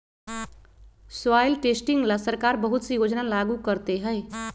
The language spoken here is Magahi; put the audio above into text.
सॉइल टेस्टिंग ला सरकार बहुत से योजना लागू करते हई